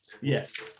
Yes